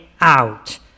out